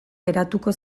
geratuko